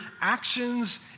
actions